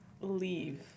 leave